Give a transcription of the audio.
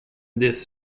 this